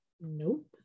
nope